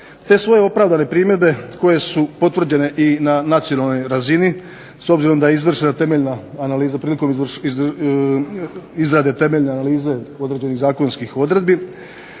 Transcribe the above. Te svoje opravdane primjedbe koje su potvrđene i na nacionalnoj razini s obzirom da je izvršena temeljna analiza prilikom izrade temeljne analize određenih zakonskih odredbi